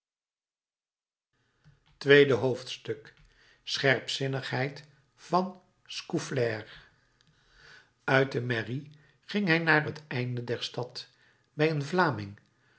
tweede hoofdstuk scherpzinnigheid van scaufflaire uit de mairie ging hij naar het einde der stad bij een vlaming